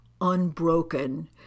unbroken